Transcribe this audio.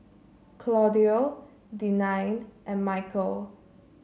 Claudio Denine and Mykel